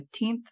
15th